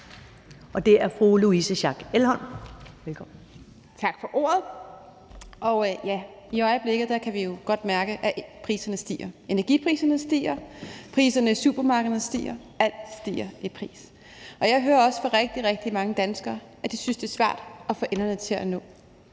(Ordfører) Louise Schack Elholm (V): Tak for ordet. I øjeblikket kan vi jo godt mærke, at priserne stiger: Energipriserne stiger, priserne i supermarkederne stiger, alt stiger i pris. Jeg hører også fra rigtig, rigtig mange danskere, at de synes, det er svært at få enderne til at